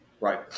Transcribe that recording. Right